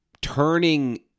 turning